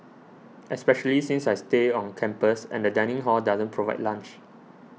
especially since I stay on campus and the dining hall doesn't provide lunch